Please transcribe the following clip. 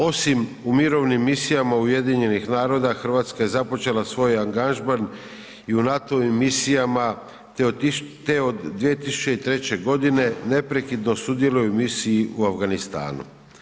Osim u mirovinskim misijama UN-a Hrvatska je započela svoj angažman i u NATO-vim misijama te od 2003. godine neprekidno sudjeluje u misiji u Afganistanu.